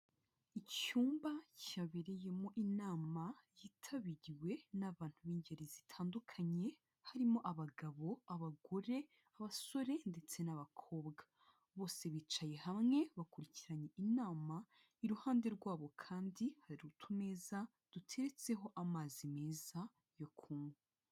Icyumba cyabereyemo inama yitabiriwe n'abantu b'ingeri zitandukanye, harimo abagabo, abagore, abasore ndetse n'abakobwa, bose bicaye hamwe bakurikiranye inama, iruhande rwabo kandi hari utumeza duteretseho amazi meza yo kunywa.